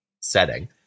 setting